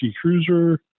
cruiser